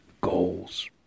goals